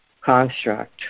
construct